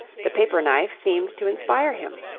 the paper-knife seemed to inspire him.